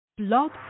Blog